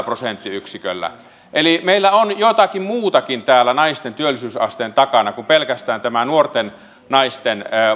prosenttiyksiköllä meillä on jotakin muutakin täällä naisten työllisyysasteen takana kuin pelkästään tämä nuorten naisten